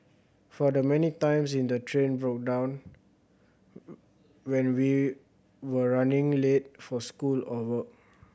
for the many times in the train broke down when we were running late for school or work